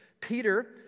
Peter